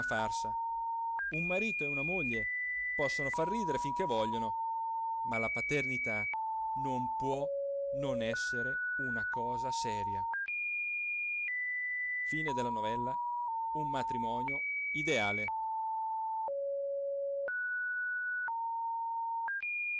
un marito e una moglie possono far ridere finché vogliono ma la paternità non può non essere una cosa seria